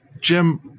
Jim